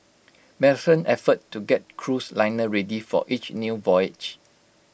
marathon effort to get cruise liner ready for each new voyage